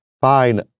Fine